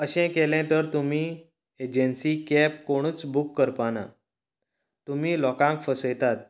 अशें केलें तर तुमी एजन्सीक कॅब कोणूच बूक करपाना तुमी लोकांक फसयतात